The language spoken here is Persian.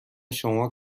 شما